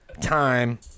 time